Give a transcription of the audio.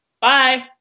Bye